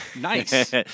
Nice